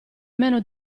meno